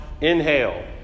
inhale